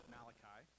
Malachi